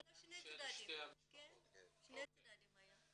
של שני הצדדים היה.